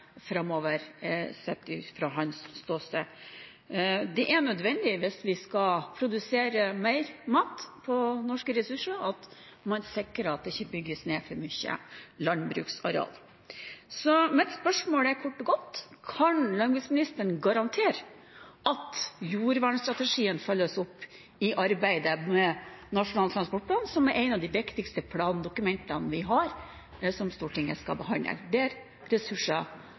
framover – sett fra hans ståsted. Det er nødvendig hvis vi skal produsere mer mat på norske ressurser, at man sikrer at det ikke bygges ned for mye landbruksareal. Mitt spørsmål er kort og godt: Kan landbruksministeren garantere at jordvernstrategien følges opp i arbeidet med Nasjonal transportplan, som er et av de viktigste plandokumentene vi har, som Stortinget skal behandle,